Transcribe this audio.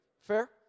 Fair